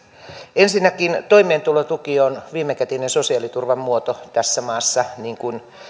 ensinnäkin toimeentulotuki on viimekätinen sosiaaliturvan muoto tässä maassa niin kuin